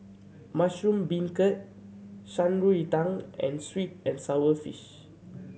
mushroom beancurd Shan Rui Tang and sweet and sour fish